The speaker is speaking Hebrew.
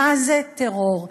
מה זה טרור,